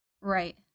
Right